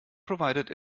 provided